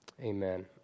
amen